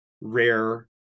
rare